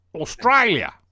Australia